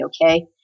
okay